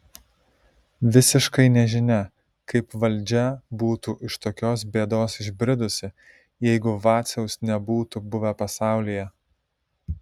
visiškai nežinia kaip valdžia būtų iš tokios bėdos išbridusi jeigu vaciaus nebūtų buvę pasaulyje